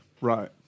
Right